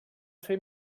fer